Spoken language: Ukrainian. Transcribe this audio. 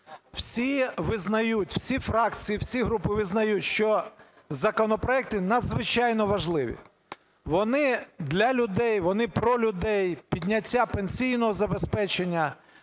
Всі визнають, всі фракції, всі групи визнають, що законопроекти надзвичайно важливі, вони для людей, вони про людей,: підняття пенсійного забезпечення,